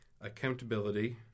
accountability